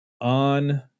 on